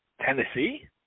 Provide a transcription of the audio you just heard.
Tennessee